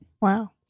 Wow